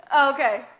Okay